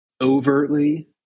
overtly